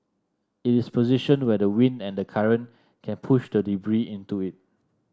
it is positioned where the wind and the current can push the debris into it